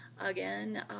again